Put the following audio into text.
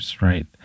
right